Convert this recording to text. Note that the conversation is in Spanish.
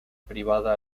privada